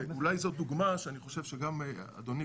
ואולי זו דוגמה שאני חושב שגם אדוני,